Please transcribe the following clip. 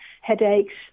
headaches